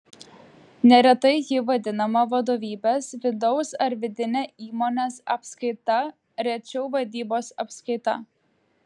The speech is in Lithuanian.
neretai ji vadinama vadovybės vidaus ar vidine įmonės apskaita rečiau vadybos apskaita